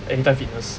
Anytime Fitness